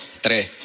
tres